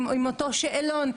עם אותו שאלון.